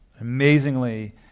amazingly